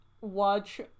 watch